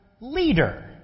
leader